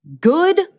Good